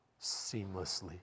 seamlessly